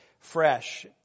fresh